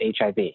HIV